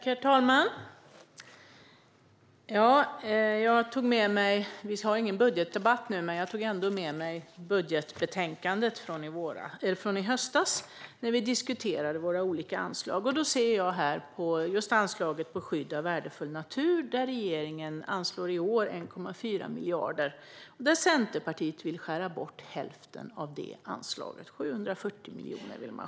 Herr talman! Detta är ingen budgetdebatt, men jag tog ändå med mig budgetbetänkandet från i höstas där vi diskuterade våra olika anslag. För skydd av värdefull natur anslår regeringen i år 1,4 miljarder. Centerpartiet vill skära bort hälften av detta anslag - 740 miljoner.